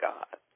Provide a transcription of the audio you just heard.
God